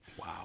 Wow